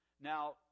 Now